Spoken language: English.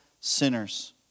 sinners